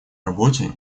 работе